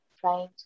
trying